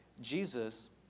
Jesus